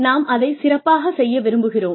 நாம் அதைச் சிறப்பாக செய்ய விரும்புகிறோம்